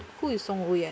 who is 中午炎